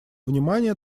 внимания